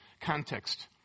context